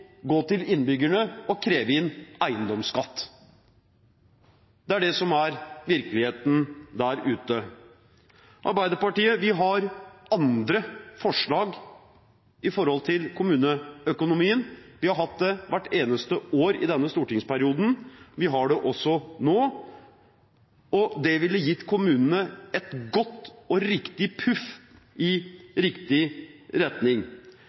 gå til innbyggerne og kreve inn eiendomsskatt. Det er det som er virkeligheten der ute. Arbeiderpartiet har andre forslag når det gjelder kommuneøkonomien. Vi har hatt det hvert eneste år i denne stortingsperioden, og vi har det også nå. Det ville gitt kommunene et godt og riktig puff i riktig retning.